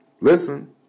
Listen